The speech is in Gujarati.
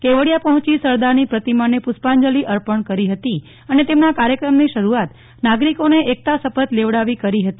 કેવડીયા પહોંચી સરદારની પ્રતિમાને પુષ્પાંજલિ અર્પણ કરી હતી અને તેમના કાર્યક્રમની શરૂઆત નાગરિકોને એકતાના શપથ લેવડાવી કરી હતી